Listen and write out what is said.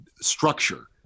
structure